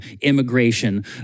immigration